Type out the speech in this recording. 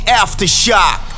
aftershock